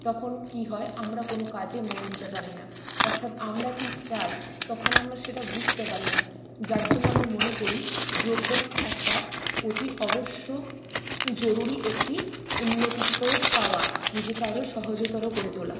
তখন কি হয় আমরা কোনো কাজে মন দিতে পারি না অর্থাৎ আমরা কি চাই তখন আমরা সেটা বুঝতে পারি না যার জন্য আমি মনে করি যোগ ব্যায়াম একটা অতি অবশ্য জরুরি একটি উন্নতিকে পাওয়া নিজেকে আরও সহজতর করে তোলা